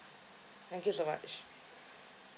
thank you so much